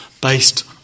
based